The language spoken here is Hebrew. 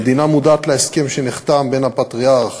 המדינה מודעת להסכם שנחתם בין הפטריארך